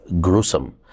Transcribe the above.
gruesome